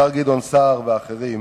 השר גדעון סער ואחרים,